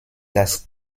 das